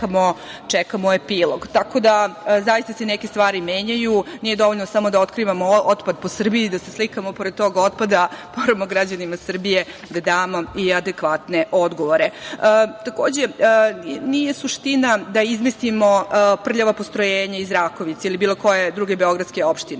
da, zaista se neke stvari menjaju. Nije dovoljno samo da otkrivamo otpad po Srbiji, da se slikamo pored tog otpada, moramo građanima Srbije da damo i adekvatne odgovore. Takođe, nije suština da izmestimo prljava postrojenja iz Rakovice ili bilo koje druge beogradske opštine